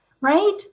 right